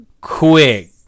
quick